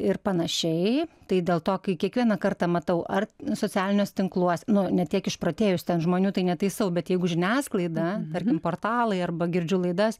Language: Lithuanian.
ir panašiai tai dėl to kai kiekvieną kartą matau ar socialiniuose tinkluose nu ne tiek išprotėjus ten žmonių tai netaisau bet jeigu žiniasklaida tarkim portalai arba girdžiu laidas